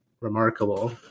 remarkable